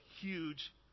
huge